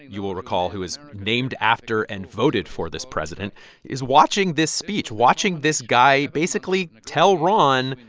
you will recall, who was named after and voted for this president is watching this speech, watching this guy basically tell ron,